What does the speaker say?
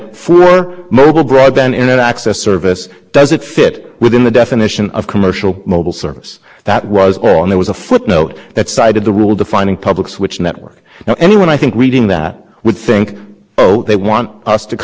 they want us comment on whether or not the existing rule applies to mobile broadband there was no suggestion they were going to amend that rule no suggestion how they were going to amend that rule no suggesting they were going to amend the rule on interconnected service requiring all users no suggestion they were going to